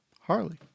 Harley